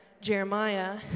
Jeremiah